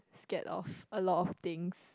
scared of a lot of things